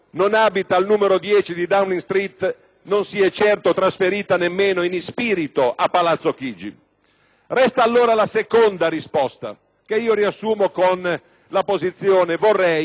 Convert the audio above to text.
Resta allora la seconda risposta, che io riassumo con la posizione «vorrei ma non posso».